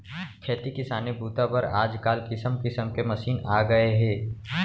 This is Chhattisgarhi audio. खेती किसानी बूता बर आजकाल किसम किसम के मसीन आ गए हे